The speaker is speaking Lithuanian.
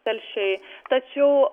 telšiai tačiau